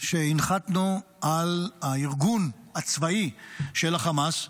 שהנחתנו על הארגון הצבאי של החמאס,